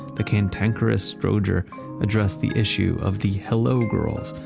the cantankerous strowger addressed the issue of the hello girls,